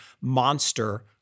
monster